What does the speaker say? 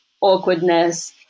awkwardness